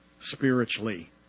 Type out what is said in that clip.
spiritually